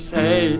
say